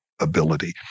Ability